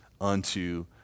unto